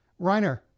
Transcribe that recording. Reiner